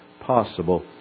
possible